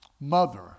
mother